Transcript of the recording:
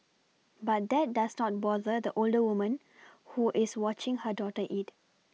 but that does not bother the older woman who is watching her daughter eat